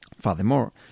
Furthermore